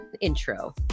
intro